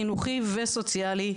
חינוכי וסוציאלי,